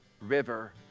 river